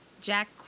Jack